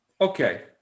okay